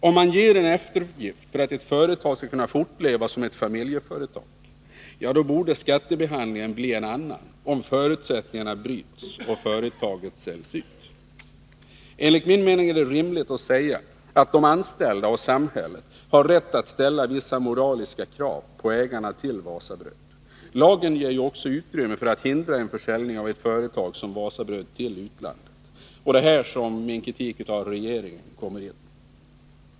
Om man ger en eftergift för att ett företag skall kunna fortleva som ett familjeföretag borde skattebehandlingen bli en annan om förutsättningarna bryts och företaget säljs ut. Enligt min mening är det rimligt att säga att de anställda och samhället har rätt att ställa vissa moraliska krav på ägarna till Wasabröd. Lagen ger ju också utrymme för att hindra en försäljning av ett företag som Wasabröd till utlandet. Det är här som min kritik av regeringen kommer in.